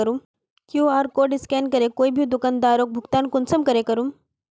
QR code scan करे कोई भी दुकानदारोक भुगतान कुंसम करे करूम?